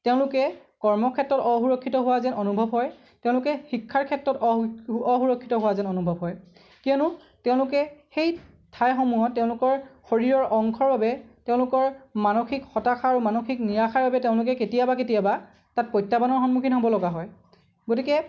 তেওঁলোকে কৰ্মক্ষেত্ৰত অসুৰক্ষিত হোৱা যেন অনুভৱ হয় তেওঁলোকে শিক্ষাৰ ক্ষেত্ৰত অসুৰক্ষিত হোৱা যেন অনুভৱ হয় কিয়নো তেওঁলোকে সেই ঠাই সমূহত তেওঁলোকৰ শৰীৰৰ অংশৰ বাবে তেওঁলোকৰ মানসিক হতাশা আৰু মানসিক নিৰাশাৰ বাবে তেওঁলোকে কেতিয়াবা কেতিয়াবা প্ৰত্যাহ্বানৰ সন্মুখীন হ'বলগীয়া হয় গতিকে